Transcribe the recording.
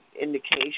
indication